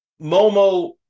Momo